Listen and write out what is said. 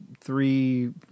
three